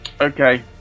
Okay